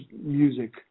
music